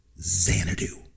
Xanadu